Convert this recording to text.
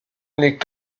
les